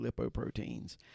lipoproteins